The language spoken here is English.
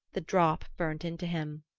the drop burnt into him.